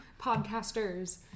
podcasters